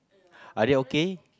are they okay